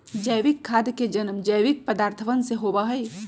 जैविक खाद के जन्म जैविक पदार्थवन से होबा हई